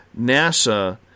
nasa